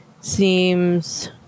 seems